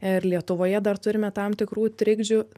ir lietuvoje dar turime tam tikrų trikdžių